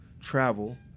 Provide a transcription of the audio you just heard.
travel